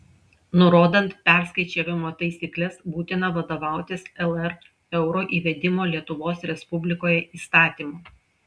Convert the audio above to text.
nurodant perskaičiavimo taisykles būtina vadovautis lr euro įvedimo lietuvos respublikoje įstatymu